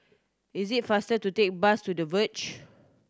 is it faster to take bus to The Verge